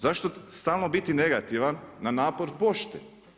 Zašto stalno biti negativan na napor pošte?